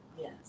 Yes